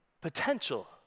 potential